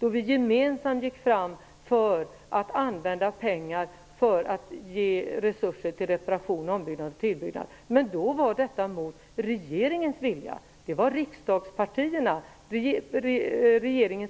Då gick vi gemensamt fram för att pengar skall användas för att ge resurser till reparation, ombyggnad och tillbyggnad. Men då var detta mot regeringens vilja. Det var de partier som är representerade i regeringen